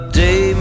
day